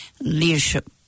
leadership